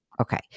Okay